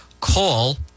call